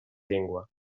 llengua